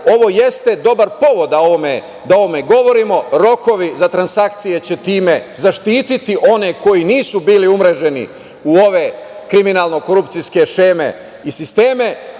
jeste dobar povod da o ovome govorimo. Rokovi za transakcije će time zaštiti one koji nisu bili umreženi u ove kriminalno-korupcijske šeme i sisteme,